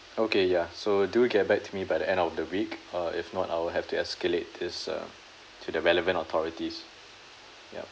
okay ya so do get back to me by the end of the week uh if not I'll have to escalate this uh to the relevant authorities yup